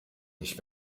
nicht